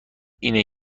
اینه